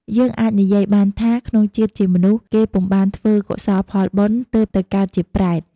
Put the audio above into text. យើងអាចនិយាយបានថា ក្នុងជាតិជាមនុស្ស គេពុំបានធ្វើកុសលផលបុណ្យ ទើបទៅកើតជាប្រេត។